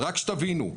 רק שתבינו,